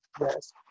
yes